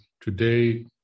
today